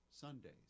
Sundays